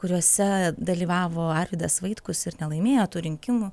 kuriuose dalyvavo arvydas vaitkus ir nelaimėjo tų rinkimų